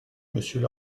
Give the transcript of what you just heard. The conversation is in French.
monsieur